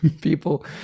people